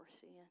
seeing